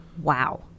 Wow